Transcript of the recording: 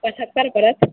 पछत्तर पड़त